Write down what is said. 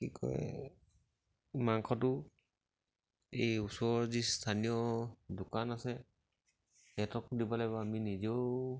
কি কয় মাংসটো এই ওচৰৰ যি স্থানীয় দোকান আছে সিহঁতকো দিব লাগিব আমি নিজেও